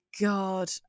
God